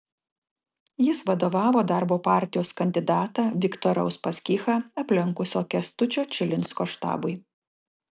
jis vadovavo darbo partijos kandidatą viktorą uspaskichą aplenkusio kęstučio čilinsko štabui